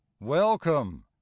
Welcome